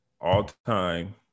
all-time